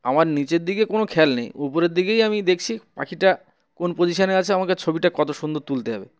আমার নিচের দিকে কোনো খেয়াল নেই উপরের দিকেই আমি দেখছি পাখিটা কোন পজিশানে আছে আমাকে ছবিটা কত সুন্দর তুলতে হবে